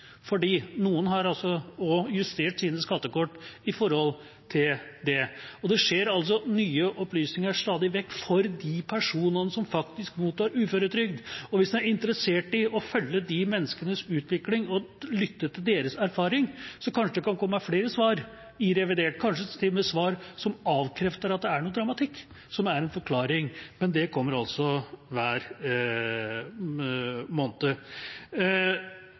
Noen har også justert sine skattekort i forhold til det. Det kommer altså nye opplysninger stadig vekk for de personene som faktisk mottar uføretrygd, og hvis en er interessert i å følge de menneskenes utvikling og lytte til deres erfaring, kan det kanskje komme flere svar i revidert, kanskje til og med svar som avkrefter at det er noen dramatikk, som er en forklaring – men det kommer altså hver måned.